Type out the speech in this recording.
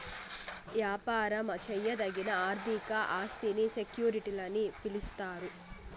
యాపారం చేయదగిన ఆర్థిక ఆస్తిని సెక్యూరిటీలని పిలిస్తారు